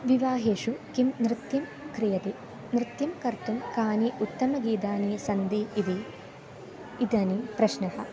विवाहेषु किं नृत्यं क्रियते नृत्यं कर्तुं कानि उत्तमगीतानि सन्ति इति इदानीं प्रश्नः